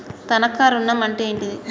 తనఖా ఋణం అంటే ఏంటిది?